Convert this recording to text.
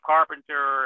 Carpenter